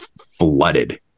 flooded